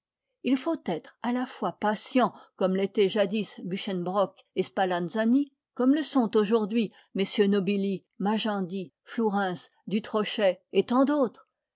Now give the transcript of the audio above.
il faut être à la fois patient comme l'étaient jadis muschenbrock et spallanzani comme le sont aujourd'hui mm nobiu magendie flourens dutrochet et tant d'autres